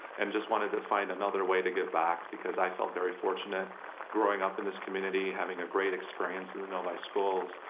and just wanted to find another way to give back. because i felt very fortunate growing up in this community, having a great experience in the novi schools,